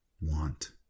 want